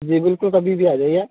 जी बिल्कुल कभी भी आ जाइए